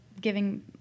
giving